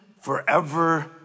forever